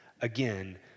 again